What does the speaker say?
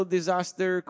Disaster